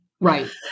right